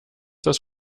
das